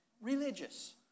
religious